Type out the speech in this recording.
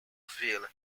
vale